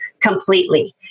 completely